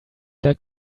like